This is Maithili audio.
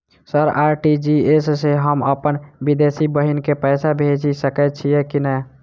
सर आर.टी.जी.एस सँ हम अप्पन विदेशी बहिन केँ पैसा भेजि सकै छियै की नै?